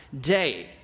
day